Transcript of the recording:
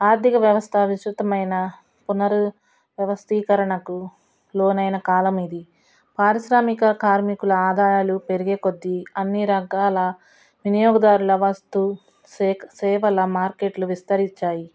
ఆర్థిక వ్యవస్థ విస్తృతమైన పునర్వ్యవస్థీకరణకు లోనైన కాలం ఇది పారిశ్రామిక కార్మికుల ఆదాయాలు పెరిగే కొద్ది అన్నీ రకాల వినియోగదారుల వస్తు సే సేవల మార్కెట్లు విస్తరించాయి